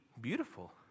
beautiful